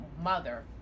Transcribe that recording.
mother